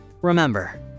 Remember